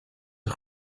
een